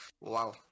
Wow